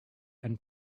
and